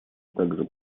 также